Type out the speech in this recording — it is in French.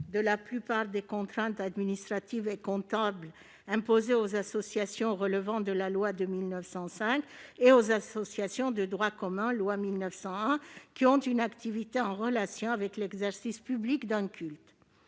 de la plupart des contraintes administratives et comptables imposées aux associations relevant de la loi de 1905 et aux associations de droit commun loi 1901 qui ont une activité en relation avec l'exercice public d'un culte.